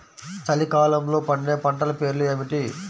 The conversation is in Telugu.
చలికాలంలో పండే పంటల పేర్లు ఏమిటీ?